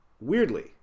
weirdly